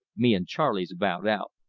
me and charley's about out.